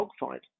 dogfight